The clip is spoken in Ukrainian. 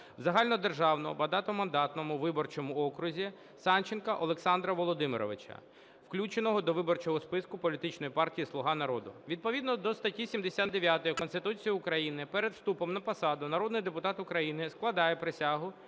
в загальнодержавному багатомандатному виборчому окрузі, Санченка Олександра Володимировича, включеного до виборчого списку політичної партії "Слуга народу". Відповідно до статті 79 Конституції України перед вступом на посаду народний депутат України складає присягу